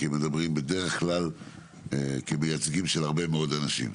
כי הם מדברים בדרך כלל כמייצגים של הרבה מאוד אנשים,